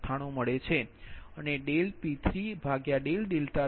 98 મળે છે અને P3363